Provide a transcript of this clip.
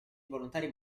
volontari